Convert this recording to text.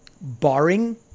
Barring